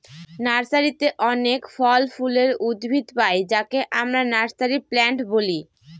নার্সারিতে অনেক ফল ফুলের উদ্ভিদ পাই যাকে আমরা নার্সারি প্লান্ট বলি